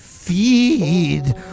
feed